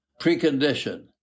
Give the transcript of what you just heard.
precondition